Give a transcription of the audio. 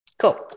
cool